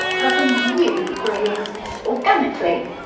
helping you grow your business organically.